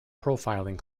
profiling